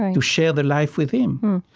to share the life with him.